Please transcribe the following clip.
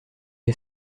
est